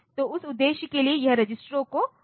तो उस उद्देश्य के लिए इन रजिस्टरों का उपयोग किया जाता है